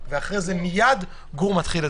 טוב, נקווה שזה יצליח.